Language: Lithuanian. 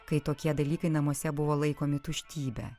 kai tokie dalykai namuose buvo laikomi tuštybe